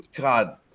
God